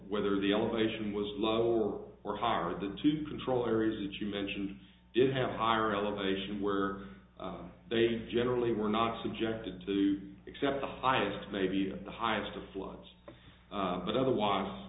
whether the elevation was lower or higher than to control areas which you mentioned did have a higher elevation where they generally were not subjected to except the highest maybe the highest of floods but otherwise